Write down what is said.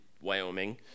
Wyoming